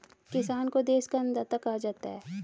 किसान को देश का अन्नदाता कहा जाता है